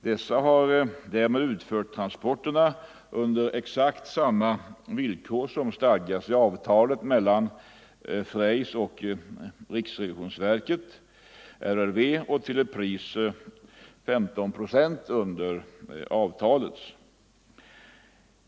Dessa har därmed utfört transporterna under exakt samma villkor som stadgas i avtalet mellan Freys och riksrevisionsverket och till ett pris som ligger 15 procent under avtalet.